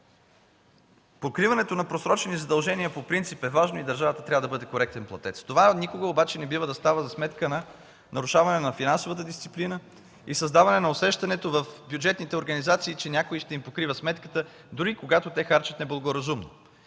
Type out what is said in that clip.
Покриването на просрочени задължения по принцип е важно и държавата трябва да бъде коректен платец. Това никога обаче не бива да става за сметка на нарушаване на финансовата дисциплина и създаване на усещането в бюджетните организации, че някой ще им покрива сметката, дори и когато харчат неблагоразумно.